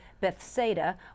Bethsaida